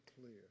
clear